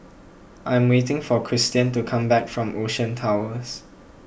I'm waiting for Kristian to come back from Ocean Towers